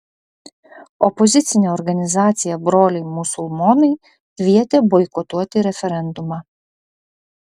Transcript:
opozicinė organizacija broliai musulmonai kvietė boikotuoti referendumą